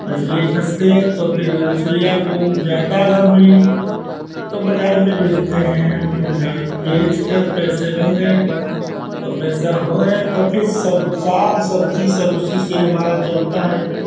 मछली फँस गई तो फिर मछलियाँ को ज़्यादा अगर हुईं तो बाज़ार में बेचते हैं बाज़ार बेचकर पैसे बन गए तो पैसा हो गए तब फिर सब साग सब्ज़ी सब उसी से हमारा चलता है